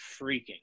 freaking